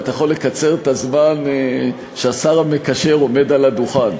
ואתה יכול לקצר את הזמן שהשר המקשר עומד על הדוכן.